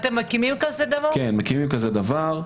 יוליה מלינובסקי (יו"ר ועדת מיזמי תשתית לאומיים מיוחדים